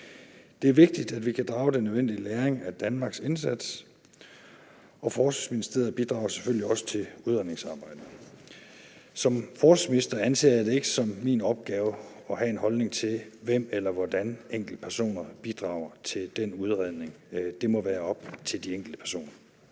Det er vigtigt, at vi kan drage den nødvendige læring af Danmarks indsats, og Forsvarsministeriet bidrager selvfølgelig også til udredningsarbejdet. Som forsvarsminister anser jeg det ikke som min opgave at have en holdning til, hvem eller hvordan enkeltpersoner bidrager til den udredning. Det må være op til de enkelte personer.